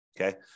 okay